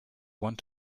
want